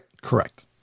Correct